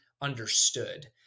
understood